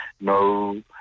no